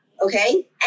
Okay